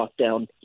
lockdown